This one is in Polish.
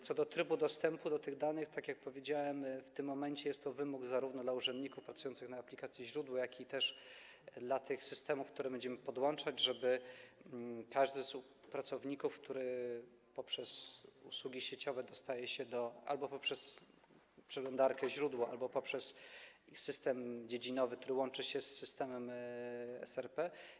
Co do trybu dostępu do tych danych, tak jak powiedziałem, w tym momencie jest wymóg zarówno dla urzędników pracujących na aplikacji Źródło, jak też dla tych systemów, które będziemy podłączać, żeby każdy z pracowników, który poprzez usługi sieciowe albo poprzez przeglądarkę Źródło, albo poprzez system dziedzinowy łączy się z systemem SRP.